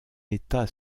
état